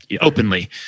openly